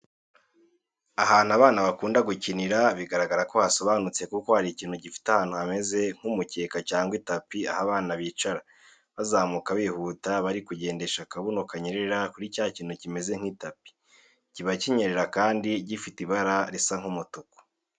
Ahantu abana bakunda gukinira bigaragara ko hasobanutse kuko hari ikintu gifite ahantu hameze nk'umukeka cyangwa itapi aho abana bicara, bazamuka bihuta bari kugendesha akabuno kanyerera kuri cya kintu kimeze nk'itapi, kiba kinyerera kandi gifite ibara risa n'umutuku.